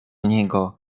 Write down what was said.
niego